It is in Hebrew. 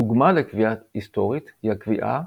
דוגמה לקביעה היסטורית היא הקביעה